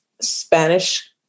Spanish